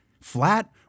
Flat